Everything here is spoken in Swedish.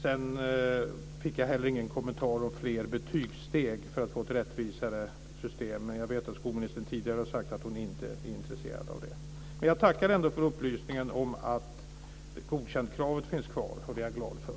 Sedan fick jag heller ingen kommentar om fler betygssteg för att man ska få ett rättvisare system, men jag vet att skolministern tidigare har sagt att hon inte är intresserad av det. Jag tackar ändå för upplysningen om att kravet på att man ska vara godkänd finns kvar, och det är jag glad för.